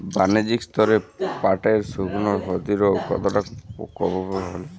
বাণিজ্যিক স্তরে পাটের শুকনো ক্ষতরোগ কতটা কুপ্রভাব ফেলে?